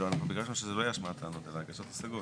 לא אנחנו ביקשנו שזה לא יהיה השמעת טענות אלא הגשת השגות.